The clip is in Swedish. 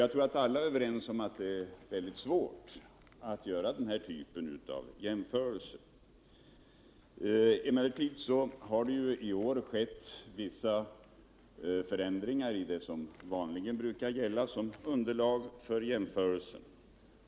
Jag tror alla är överens om att det är mycket svårt att göra den här typen av jämförelser. I år har det emellertid skett vissa förändringar i det som vanligen brukar gälla som underlag för jämförelserna.